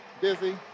busy